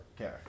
okay